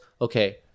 okay